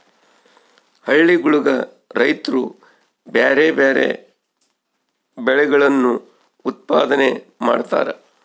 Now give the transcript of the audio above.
ಹಳ್ಳಿಗುಳಗ ರೈತ್ರು ಬ್ಯಾರೆ ಬ್ಯಾರೆ ಬೆಳೆಗಳನ್ನು ಉತ್ಪಾದನೆ ಮಾಡತಾರ